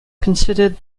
considered